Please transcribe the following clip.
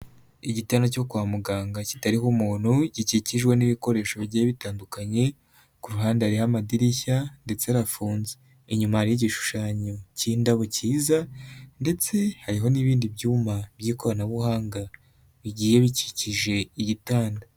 Igitanda cyo kwa muganga kitariho umuntu gikikijwe n'ibikoresho bigiye bitandukanye, ku ruhande hariho amadirishya ndetse arafunze, inyuma hariho igishushanyo cy'indabo cyiza ndetse hariho n'ibindi byuma by'ikoranabuhanga bigiye bikikije igitanda.